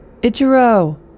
Ichiro